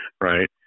right